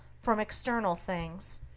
from external things,